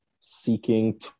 seeking